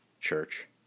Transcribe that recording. Church